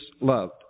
loved